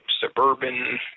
suburban